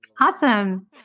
Awesome